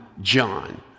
John